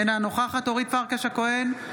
אינה נוכחת אורית פרקש הכהן,